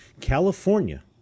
California